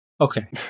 Okay